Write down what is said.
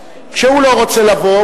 שהוא לא רוצה לבוא,